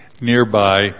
nearby